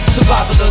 Survival